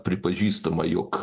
pripažįstama jog